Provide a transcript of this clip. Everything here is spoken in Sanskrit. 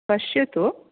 पश्यतु